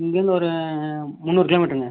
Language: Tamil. இங்கேந்து ஒரு முந்நூறு கிலோ மீட்டருங்க